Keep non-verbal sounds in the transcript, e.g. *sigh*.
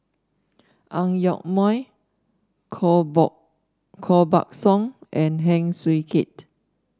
Ang Yoke Mooi Koh *unintelligible* Koh Buck Song and Heng Swee Keat